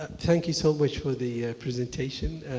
ah thank you so much for the presentation.